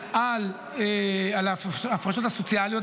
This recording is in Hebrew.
על ההפרשות הסוציאליות.